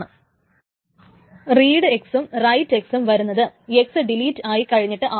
പിന്നെ റീഡ് എക്സും റൈറ്റ് എക്സും വരുന്നത് x ഡിലീറ്റ് ആയി കഴിഞ്ഞിട്ട് ആവാം